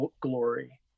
glory